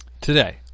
Today